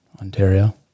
Ontario